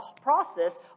process